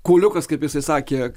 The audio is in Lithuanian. kuoliukas kaip jisai sakė